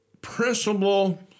principle